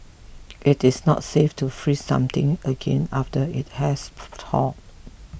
it is not safe to freeze something again after it has thawed